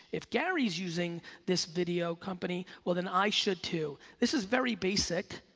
if gary's using this video company, well then i should too, this is very basic.